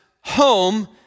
home